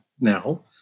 now